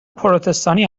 پروتستانی